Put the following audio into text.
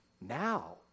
now